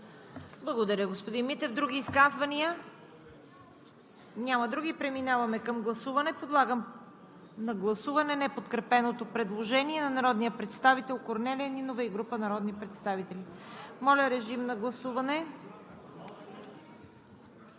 Благодаря, господин Митев. Други изказвания? Няма. Преминаваме към гласуване. Подлагам на гласуване неподкрепеното предложение на народния представител Корнелия Нинова и група народни представители. Гласували